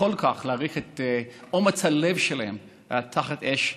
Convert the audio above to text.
כל כך להעריך את אומץ הלב שלהם תחת אש,